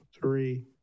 three